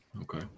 Okay